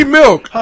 milk